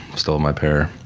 stole my pair.